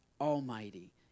almighty